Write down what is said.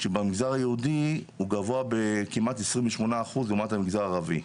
כשבמגזר היהודי הוא גבוה בכמעט עשרים ושמונה אחוז לעומת המגזר הערבי.